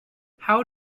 how